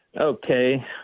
Okay